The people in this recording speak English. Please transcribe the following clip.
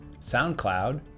SoundCloud